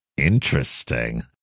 Interesting